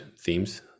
themes